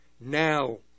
now